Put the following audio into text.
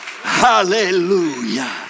Hallelujah